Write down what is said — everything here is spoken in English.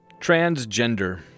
Transgender